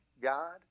god